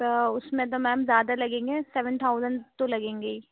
تو اس میں تو میم زیادہ لگیں گے سیون تھاؤزینڈ تو لگیں گے ہی